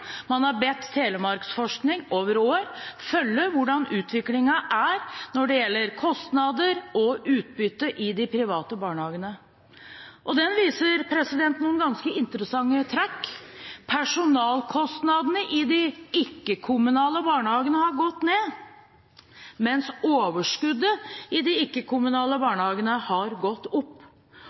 Man har bedt Telemarksforskning om over år å følge hvordan utviklingen er når det gjelder kostnader og utbytte i de private barnehagene, og den viser noen ganske interessante trekk. Personalkostnadene i de ikke-kommunale barnehagene har gått ned, mens overskuddet i de ikke-kommunale barnehagene har gått opp.